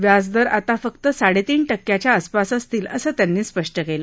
व्याजदर आता फक्त साडेतीन टक्क्याच्या आसपास असतील असं त्यांनी स्पष्ट केलं